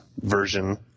version